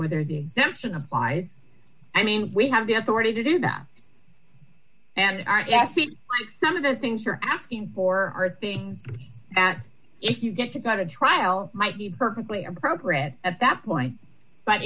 whether the exemption applies i mean if we have the authority to do that and some of the things you're asking for are things and if you get to go to trial might be perfectly appropriate at that point but